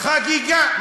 חגיגה.